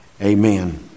Amen